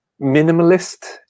Minimalist